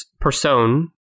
person